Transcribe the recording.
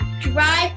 drive